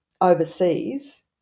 overseas